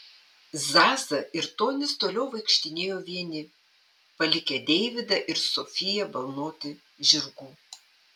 zaza ir tonis toliau vaikštinėjo vieni palikę deividą ir sofiją balnoti žirgų